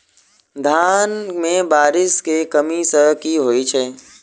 धान मे बारिश केँ कमी सँ की होइ छै?